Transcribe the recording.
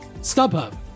StubHub